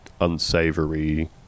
unsavory